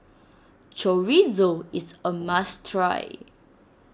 Chorizo is a must try